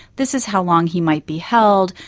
this is how long he might be held,